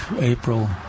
April